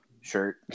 shirt